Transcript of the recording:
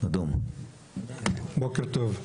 בוקר טוב,